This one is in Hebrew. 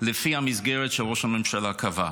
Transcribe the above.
לפי המסגרת שראש הממשלה קבע.